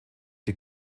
die